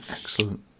Excellent